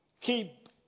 Keep